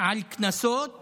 על קנסות